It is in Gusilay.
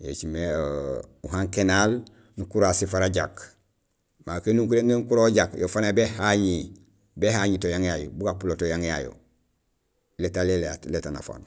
Yo écimé uhankénal nukaraal sifara jak marok énukuréén néni ukurool jak yo faan nayo béhaŋi, béhaŋi to yang yayu bu gapulo to yang yayu, lét alé lét anafaan.